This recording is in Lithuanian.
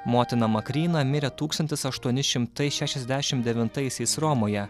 motina makryna mirė tūkstantis aštuoni šimtai šešiasdešimt devintaisiais romoje